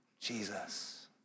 Jesus